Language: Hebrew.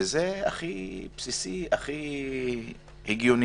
זה הכי בסיסי והכי הגיוני.